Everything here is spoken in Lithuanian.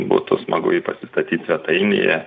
būtų smagu jį pasistatyt svetainėje